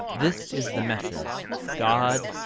this is the message god.